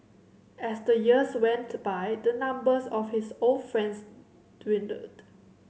as the years went to by the numbers of his old friends dwindled